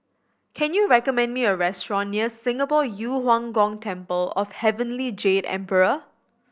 can you recommend me a restaurant near Singapore Yu Huang Gong Temple of Heavenly Jade Emperor